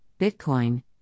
Bitcoin